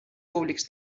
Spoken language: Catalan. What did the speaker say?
públics